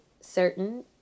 certain